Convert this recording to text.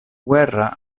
guerra